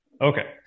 Okay